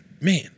man